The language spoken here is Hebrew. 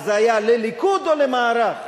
אז זה היה: לליכוד, או למערך?